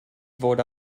fod